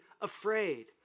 afraid